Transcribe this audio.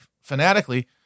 fanatically